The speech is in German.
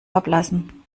ablassen